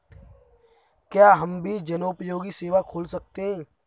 क्या हम भी जनोपयोगी सेवा खोल सकते हैं?